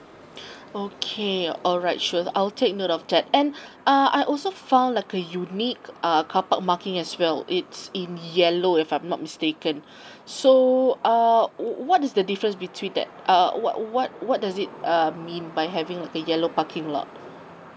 okay alright sure I'll take note of that and uh I also found like a unique uh carpark marking as well it's in yellow if I'm not mistaken so uh wh~ what is the difference between that err what what what does it um mean by having a yellow parking lot